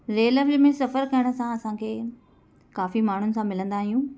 railway में सफ़र करण सां असांखे काफ़ी माण्हुनि सां मिलंदा आहियूं